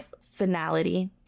finality